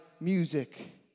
music